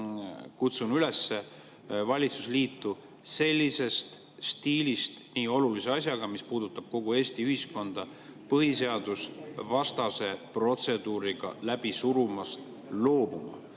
kutsun valitsusliitu üles sellisest stiilist nii olulise asja puhul, mis puudutab kogu Eesti ühiskonda, põhiseadusvastase protseduuriga läbi surumast loobuma.